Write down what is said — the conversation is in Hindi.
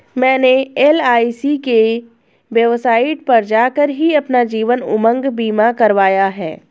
मैंने एल.आई.सी की वेबसाइट पर जाकर ही अपना जीवन उमंग बीमा करवाया है